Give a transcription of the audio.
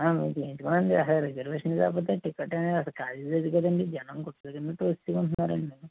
నేను చేయించుకున్నాను అండి రిజర్వేషన్ లేకపోతే టిక్కెట్ అనేది అసలు ఖాళీ లేదు కదండీ జనం కొట్టుకుని తోసుకుంటున్నారండి